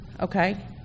okay